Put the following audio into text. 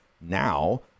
now